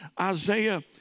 Isaiah